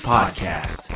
Podcast